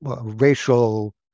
racial